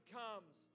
comes